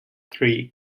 three